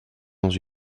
dans